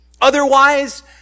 Otherwise